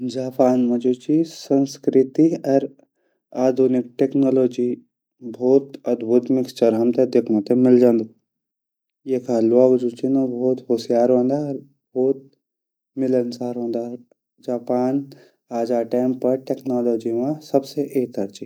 जापान मा जु ची संस्कृति अर आधुनिक टेक्नोलॉजी भोत अद्भुद मिक्सचर हमते देखंडो ते मिल जांदू यखा ल्वॉक जु छीन उ भोत होशियार वोन्दा अर भोत मिलनसार वोन्दा जापान आजा टाइम पर टेक्नॉलजी मा सबसे एथर ची।